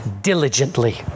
diligently